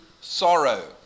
sorrow